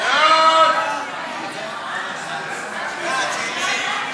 61 בעד, אין מתנגדים.